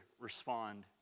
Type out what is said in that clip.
respond